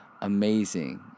amazing